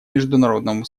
международному